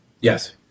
Yes